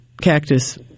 cactus